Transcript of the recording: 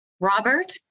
Robert